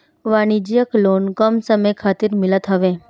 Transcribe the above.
वाणिज्यिक लोन कम समय खातिर मिलत हवे